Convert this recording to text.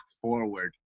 forward